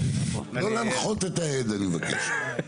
לא להנחות את העד, אני מבקש.